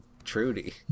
Trudy